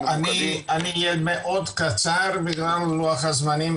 שנה, כשמאובחנים כל שנה כ-2,500.